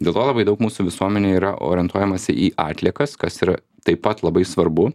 dėl to labai daug mūsų visuomenėj yra orientuojamasi į atliekas kas yra taip pat labai svarbu